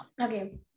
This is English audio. okay